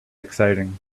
exciting